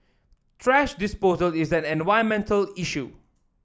thrash disposal is an environmental issue